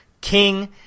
King